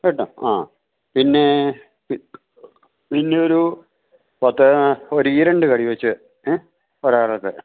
കേട്ടോ ആ പിന്നെ പിന്നെയൊരു പത്ത് ഒരു ഈരണ്ട് കടി വെച്ച് ഏ ഒരാള്ക്ക്